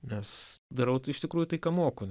nes darau tai iš tikrųjų tai ką moku